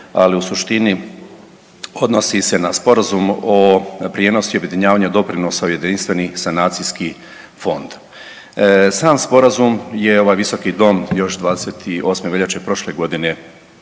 ali u suštini odnosi se na sporazum o prijenosu i objedinjavanju doprinosa u Jedinstveni sanacijski fond. Sam sporazum je ovaj visoki dom još 28. veljače prošle godine